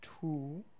two